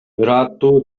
ырааттуу